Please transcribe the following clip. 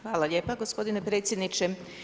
Hvala lijepa gospodine predsjedniče.